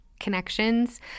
connections